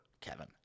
Kevin